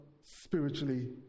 spiritually